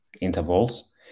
intervals